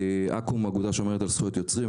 אקו"ם היא אגודה השומרת על זכויות יוצרים,